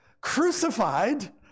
crucified